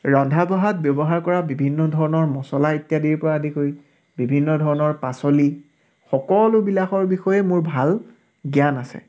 ৰন্ধা বঢ়াত ব্যৱহাৰ কৰা বিভিন্ন ধৰণৰ মছলা ইত্যাদিৰ পৰা আৰম্ভ কৰি বিভিন্ন ধৰণৰ পাচলি সকলোবিলাকৰ বিষয়েই মোৰ ভাল জ্ঞান আছে